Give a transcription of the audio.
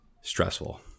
stressful